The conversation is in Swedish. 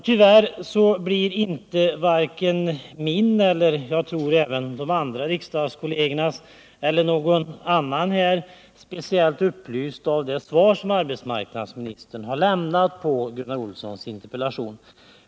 Tyvärr blir inte vare sig jag eller, tror jag, någon annan här i riksdagen speciellt upplyst av det svar som arbetsmarknadsministern har lämnat på Gunnar Olssons interpellation.